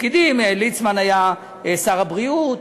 ליצמן היה שר הבריאות,